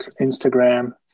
Instagram